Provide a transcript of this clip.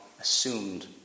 assumed